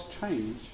change